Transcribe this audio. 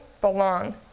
belong